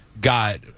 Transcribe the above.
got